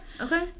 Okay